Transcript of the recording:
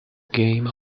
game